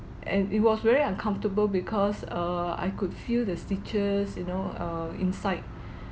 and it was very uncomfortable because err I could feel the stitches you know err inside